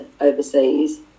overseas